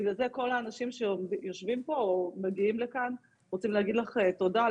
ובגלל זה כל האנשים שיושבים כאן מגיעים לוועדה ורוצים להגיד לך תודה,